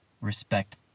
respect